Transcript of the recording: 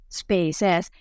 spaces